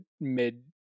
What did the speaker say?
mid